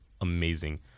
amazing